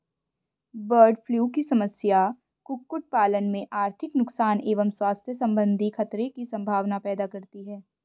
bird flu की समस्या कुक्कुट पालन में आर्थिक नुकसान एवं स्वास्थ्य सम्बन्धी खतरे की सम्भावना पैदा करती है